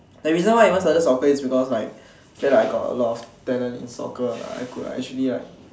like reason why I even started soccer was like I feel like I got a lot of talent in soccer like I could actually like